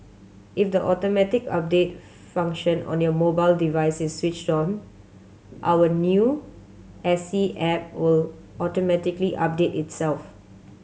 if the automatic update function on your mobile device is switched on our new S T app will automatically update itself